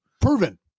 Proven